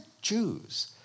Jews